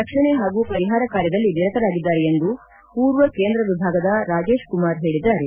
ರಕ್ಷಣೆ ಹಾಗೂ ಪರಿಹಾರ ಕಾರ್ಯದಲ್ಲಿ ನಿರತರಾಗಿದ್ದಾರೆ ಎಂದು ಪೂರ್ವ ಕೇಂದ್ರ ವಿಭಾಗದ ರಾಜೇಶ್ ಕುಮಾರ್ ಹೇಳಿದ್ದಾರೆ